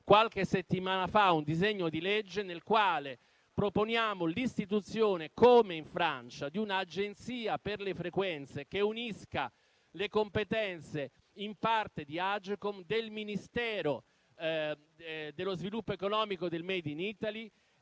qualche settimana fa un disegno di legge nel quale proponiamo l'istituzione, come in Francia, di un'Agenzia per le frequenze, che unisca le competenze, in parte di Agcom, del Ministero dello sviluppo economico e del *made in Italy*